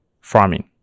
farming